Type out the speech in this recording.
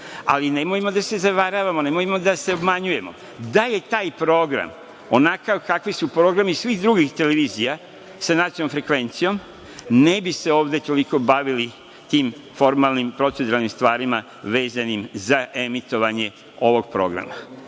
ali nemojmo da se zavaravamo, nemojmo da se obmanjujemo, da je taj program onakav kakvi su programi svih drugih televizija sa nacionalnom frekvencijom, ne bi se ovde toliko bavili tim formalnim, proceduralnim stvarima vezanim za emitovanje ovog programa. Pri